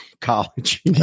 college